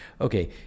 Okay